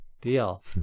Deal